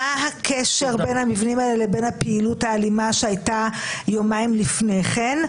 מה הקשר בין המבנים האלה לבין הפעילות האלימה שהיתה יומיים לפני כן?